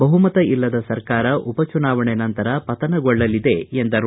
ಬಹುಮತ ಇಲ್ಲದ ಸರ್ಕಾರ ಉಪಚುನಾವಣೆ ನಂತರ ಪತನಗೊಳ್ಳಲಿದೆ ಎಂದರು